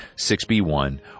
6B1